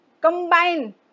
combine